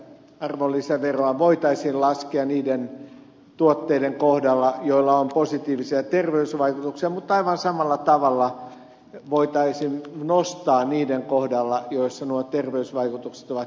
arvonlisäveroa voitaisiin laskea niiden tuotteiden kohdalla joilla on positiivisia terveysvaikutuksia mutta aivan samalla tavalla voitaisiin nostaa niiden kohdalla joissa nuo terveysvaikutukset ovat kielteisiä